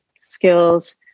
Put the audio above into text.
skills